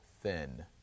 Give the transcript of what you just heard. thin